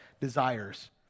desires